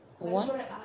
what